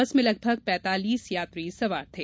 बस में लगभग पैतालीस यात्री सवार थे